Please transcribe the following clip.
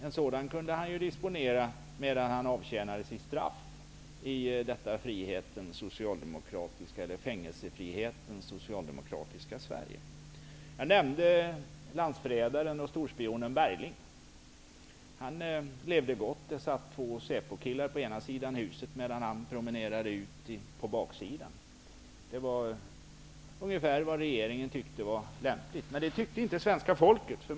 En sådan kunde han disponera medan han avtjänade sitt straff i detta fängelsefrihetens socialdemokratiska Sverige. Jag nämnde landsförrädaren och storspionen Bergling. Han levde gott. Det satt två Säpokillar på ena sidan huset medan han promenerade ut på baksidan. Det var ungefär vad dåvarande regeringen tyckte var lämpligt. Men det tyckte inte svenska folket.